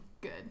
Good